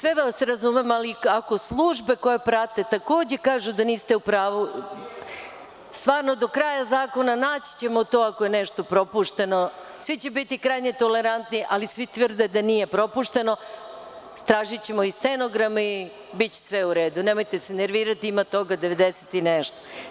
Sve vas razumem, ali ako službe koje prate takođe kažu da niste u pravu, stvarno do kraja zakona naći ćemo to ako je nešto propušteno, svi će biti krajnje tolerantni, ali svi tvrde da nije propušteno, tražićemo i stenogram, biće sve u redu, nemojte se nervirati, ima toga 90 i nešto.